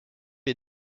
est